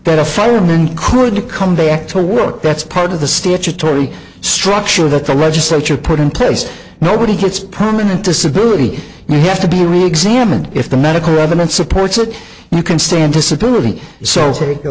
that a fireman could come back to work that's part of the statutory structure that the legislature put in place nobody gets permanent disability you have to be reexamined if the medical evidence supports it you can stand disability so take a